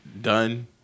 done